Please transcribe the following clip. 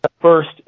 first